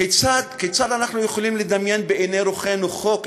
כיצד אנחנו יכולים לדמיין בעיני רוחנו חוק,